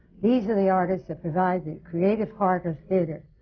these are the artists that provide the creative heart of theatre,